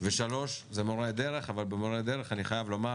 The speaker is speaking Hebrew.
ושלוש זה מורי הדרך אבל במורי הדרך אני חייב לומר